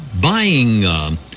buying